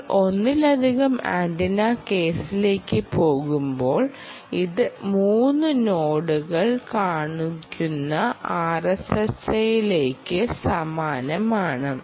നിങ്ങൾ ഒന്നിലധികം ആന്റിന കേസിലേക്ക് പോകുമ്പോൾ ഇത് 3 നോഡുകൾ കാണിക്കുന്ന ആർഎസ്എസ്ഐക്ക് സമാനമാണ്